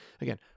Again